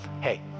hey